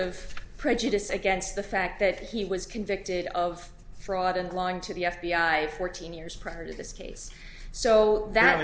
of prejudice against the fact that he was convicted of fraud and lying to the f b i fourteen years prior to this case so that